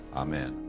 amen.